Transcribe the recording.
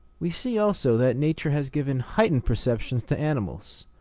we see also that nature has given heightened perceptions to animals,